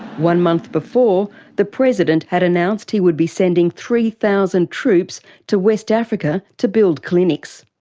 one month before the president had announced he would be sending three thousand troops to west africa to build clinics.